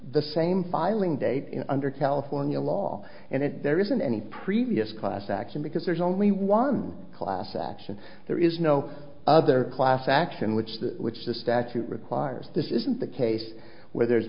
the same filing date under california law and it there isn't any previous class action because there's only one class action there is no other class action which which the statute requires this isn't the case where there's